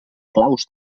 claus